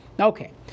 Okay